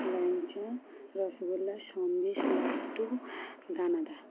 ল্যাংচা রসগোল্লা সন্দেশ লাড্ডু দানাদার